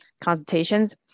consultations